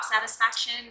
satisfaction